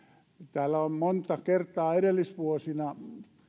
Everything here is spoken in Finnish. täällä on monta kertaa edellisvuosina